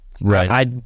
right